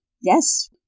Yes